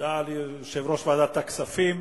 תודה ליושב-ראש ועדת הכספים.